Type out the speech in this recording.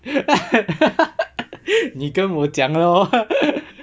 你跟我讲 lor